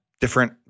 different